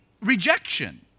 rejection